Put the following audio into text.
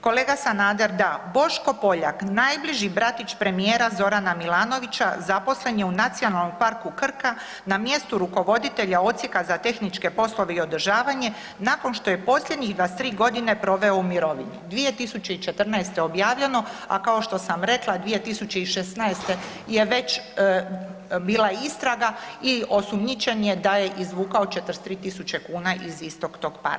Kolega Sanader da, Boško Poljak najbliži bratić premijera Zorana Milanovića zaposlen je u Nacionalnom parku Krka na mjestu rukovoditelja Odsjeka za tehničke poslove i održavanje nakon što je posljednjih 23 godine proveo u mirovini 2014. objavljeno, a kao što sam rekao 2016. je već bila istraga i osumnjičen je da je izvukao 43 tisuće kuna iz istog tog parka.